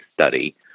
study